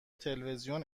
تلویزیون